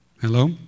Hello